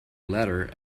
letter